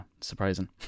Surprising